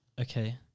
Okay